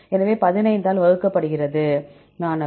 எனவே 15 ஆல் வகுக்கப்படுகிறது மாணவர்